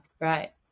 right